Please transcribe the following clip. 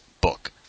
book